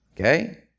Okay